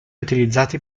utilizzati